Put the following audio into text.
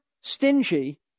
stingy